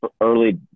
early